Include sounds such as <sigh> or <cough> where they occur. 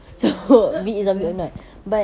ya <laughs> betul